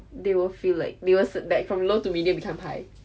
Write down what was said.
they will feel like they want sit back from low to medium become high